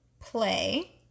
play